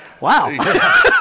wow